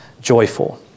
joyful